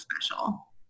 special